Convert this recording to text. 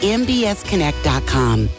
mbsconnect.com